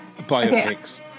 Biopics